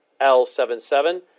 L77